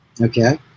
Okay